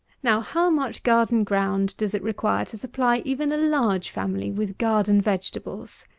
now, how much garden ground does it require to supply even a large family with garden vegetables?